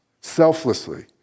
selflessly